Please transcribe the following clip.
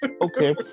Okay